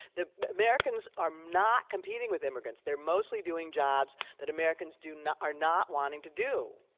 the americans are not competing with immigrants. they're mostly doing jobs that americans do not are not wanting to do.